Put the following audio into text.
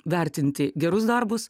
vertinti gerus darbus